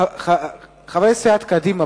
חברי סיעת קדימה,